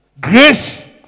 Grace